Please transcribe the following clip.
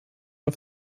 auf